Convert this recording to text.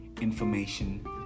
information